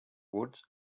woods